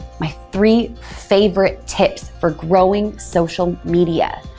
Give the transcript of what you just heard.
my three favorite tips for growing social media.